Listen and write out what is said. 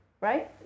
right